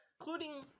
including